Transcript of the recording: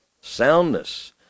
Soundness